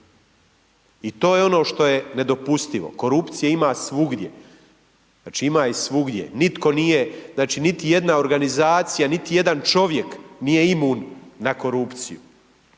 I to je ono što je nedopustivo, korupcije ima svugdje, znači ima je svugdje, nitko nije, znači niti jedna organizacija, niti jedan čovjek nije imun na korupciju.